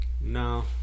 No